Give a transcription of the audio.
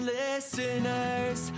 listeners